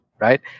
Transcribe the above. right